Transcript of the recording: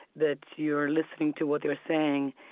that you're listening to what they're saying,